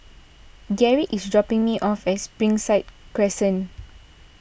Garrick is dropping me off at Springside Crescent